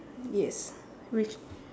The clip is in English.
yes which